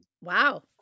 Wow